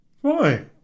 Why